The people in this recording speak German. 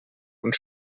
und